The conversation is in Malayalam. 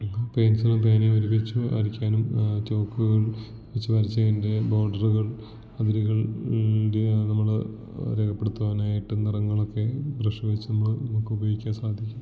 ഇത് പെയിൻറ്റ്സുകളും പേനയും ഒരുമിച്ച് വരയ്ക്കാനും ചോക്കുകൾ വെച്ച് വരച്ചതിൻ്റെ ബോർഡറുകൾ അതിരുകൾൻ്റെയാ അത് നമ്മള് രേഖപ്പെടുത്തുവാനായിട്ട് നിറങ്ങളൊക്കെ ബ്രഷ് വെച്ച് നമ്മള് നമുക്ക് ഉപയോഗിക്കാൻ സാധിക്കും